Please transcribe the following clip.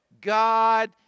God